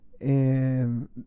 and-